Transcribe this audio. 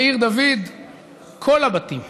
בעיר דוד כל הבתים,